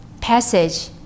passage